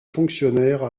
fonctionnaire